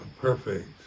perfect